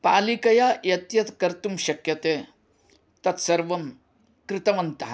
पालिकया यत् यत् कर्तुं शक्यते तत् सर्वं कृतवन्तः